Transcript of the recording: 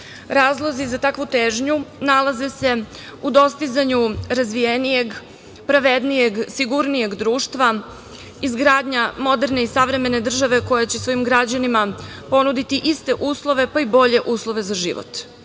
Razlozi za takvu težnju nalaze se u dostizanju razvijenijeg, pravednijeg, sigurnijeg društva, izgradnja moderne i savremene države koja će svojim građanima ponuditi iste, pa i bolje uslove za život. Na